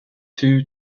two